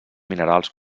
minerals